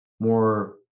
More